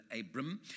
Abram